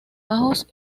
bajos